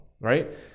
right